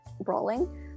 brawling